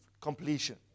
completion